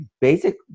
basic